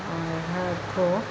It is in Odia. ଆଉ ଏହାକୁ